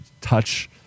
touch